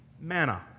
manna